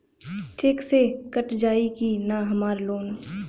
Check से cut जाई की ना हमार लोन?